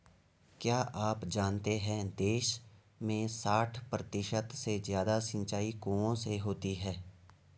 क्या आप जानते है देश में साठ प्रतिशत से ज़्यादा सिंचाई कुओं से होती है?